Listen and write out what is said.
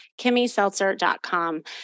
KimmySeltzer.com